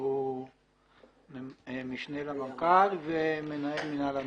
שהוא משנה למנכ"ל ומנהל מינהל הנדסה,